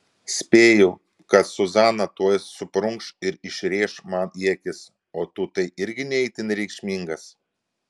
spėju kad zuzana tuoj suprunkš ir išrėš man į akis o tu tai irgi ne itin reikšmingas